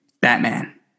batman